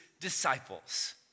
disciples